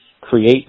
create